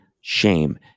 shame